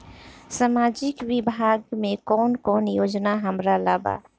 सामाजिक विभाग मे कौन कौन योजना हमरा ला बा?